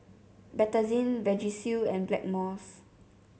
Betadine Vagisil and Blackmores